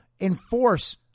enforce